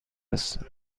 هستم